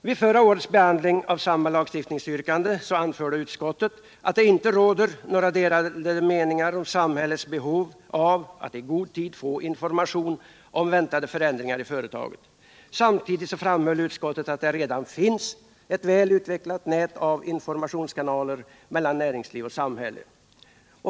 Vid förra årets behandling av samma lagstiftningsyrkande anförde utskottet att det inte råder några delade meningar om samhällets behov av att i god tid få information om väntade förändringar i företagen. Samtidigt framhöll utskottet att det redan finns ett väl utvecklat nät av informationskanaler mellan näringsliv och samhälle.